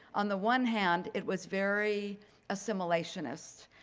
on the one hand it was very assimilationist.